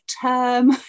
term